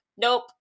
nope